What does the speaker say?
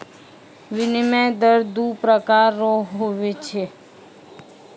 विनिमय दर दू प्रकार रो हुवै छै